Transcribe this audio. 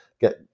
get